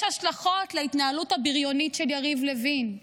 יש השלכות להתנהלות הבריונית של יריב לוין,